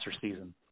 season